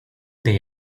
they